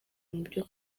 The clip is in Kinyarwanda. mubyo